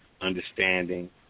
understanding